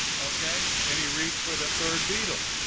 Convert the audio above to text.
okay, and he reached for the third beetle.